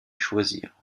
choisir